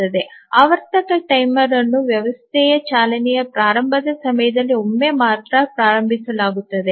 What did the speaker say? ಆವರ್ತಕ ಟೈಮರ್ ಅನ್ನು ವ್ಯವಸ್ಥೆಯ ಚಾಲನೆಯ ಪ್ರಾರಂಭದ ಸಮಯದಲ್ಲಿ ಒಮ್ಮೆ ಮಾತ್ರ ಪ್ರಾರಂಭಿಸಲಾಗುತ್ತದೆ